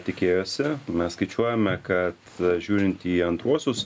tikėjosi mes skaičiuojame kad žiūrint į antruosius